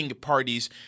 parties